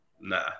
Nah